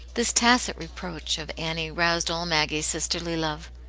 this tacit reproach of annie roused all maggie's sisterly love.